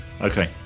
Okay